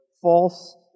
false